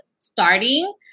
starting